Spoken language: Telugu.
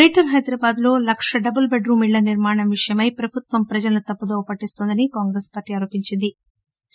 గ్రేటర్ హైదరాబాద్లో లక్ష డబుల్ టెడ్ రూమ్ ఇళ్ళ నిర్మాణం విషయమై ప్రభుత్వం ప్రజలను తప్పుదోవ పత్తిస్తోందని కాంగ్రెసు పార్టీ ఆరోపించింధి